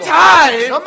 time